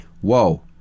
whoa